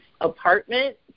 apartment